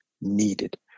needed